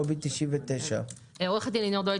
לובי 99. שלום,